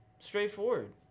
straightforward